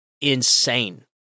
insane